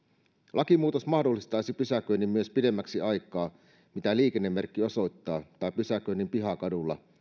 lakimuutos mahdollistaisi pysäköinnin myös pidemmäksi aikaa kuin liikennemerkki osoittaa tai pysäköinnin pihakadulla